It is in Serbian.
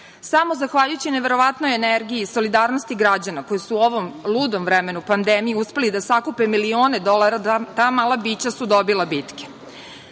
Samo zahvaljujući neverovatnoj energiji i solidarnosti građana, koji su u ovom ludom vremenu pandemije uspeli da sakupe milione dolara, ta mala bića su dobila bitke. Sada